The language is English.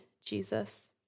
Jesus